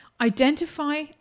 identify